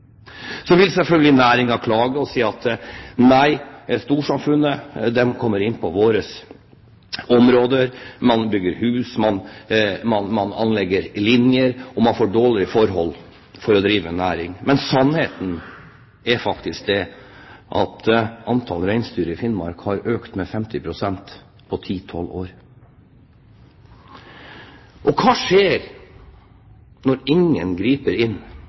Så vil selvfølgelig næringen klage og si: Nei, storsamfunnet kommer inn på våre områder – man bygger hus, man anlegger linjer, man får dårlige forhold for å drive med næring. Men sannheten er faktisk den at antall reinsdyr i Finnmark har økt med 50 pst. på ti–tolv år. Hva skjer når ingen griper inn